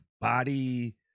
body